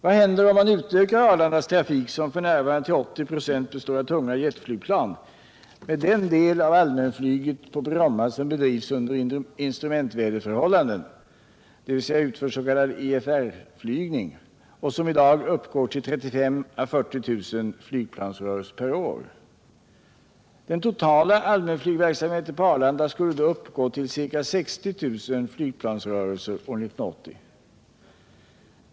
Vad händer om man utökar Arlandas trafik — som f. n. till drygt 80 96 består av tunga jetflygplan — med den del av allmänflyget på Bromma som bedrivs under instrumentväderförhållanden, dvs. utför s.k. IFR flygning, som i dag uppgår till 35 000-40 000 flygplansrörelser per år? Den totala allmänflygverksamheten på Arlanda skulle då uppgå till ca 60 000 flygplansrörelser år 1980.